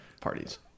parties